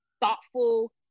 thoughtful